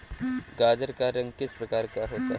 गाजर का रंग किस प्रकार का होता है?